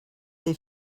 they